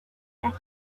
that